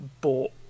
bought